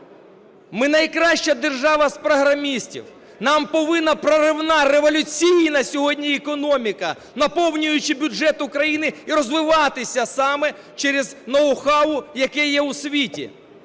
Ми найкраща держава з програмістів. Нам повинна проривна революційна сьогодні економіка, наповнюючи бюджет України, розвиватися саме через ноу-хау, яке є у світі.